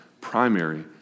primary